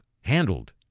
handled